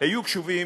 היו קשובים.